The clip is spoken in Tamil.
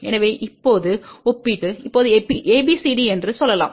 எனவே இப்போது இப்போது ஒப்பிட்டு இப்போது ABCD என்று சொல்லலாம்